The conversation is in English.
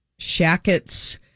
shackets